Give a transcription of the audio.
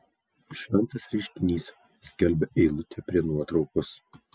šventas reiškinys skelbia eilutė prie nuotraukos